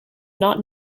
not